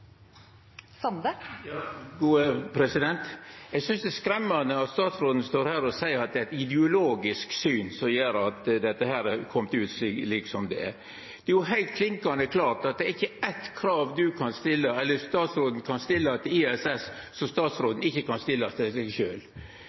Eg synest det er skremmande at statsråden står her og seier at det er eit ideologisk syn som gjer at dette har kome ut slik det har. Det er heilt klinkande klart at det ikkje er eitt krav statsråden kan stilla til ISS, som statsråden ikkje kan stilla til seg sjølv. Han kan stilla alle dei same krava til si eiga drift som han kan stilla til